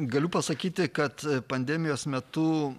galiu pasakyti kad pandemijos metu